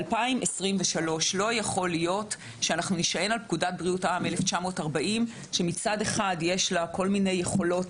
שב-2023 נישען על פקודת בריאות העם מ-1940 שיש בה כל מיני יכולות